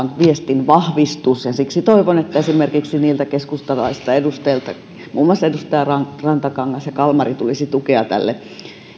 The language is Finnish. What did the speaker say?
viestin vahvistus ja siksi toivon että esimerkiksi keskustalaisilta edustajilta muun muassa edustajilta rantakangas ja kalmari tulisi tukea tälle